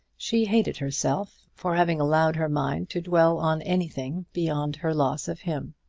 she hated herself for having allowed her mind to dwell on anything beyond her loss of him.